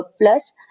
plus